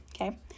Okay